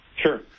Sure